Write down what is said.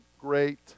great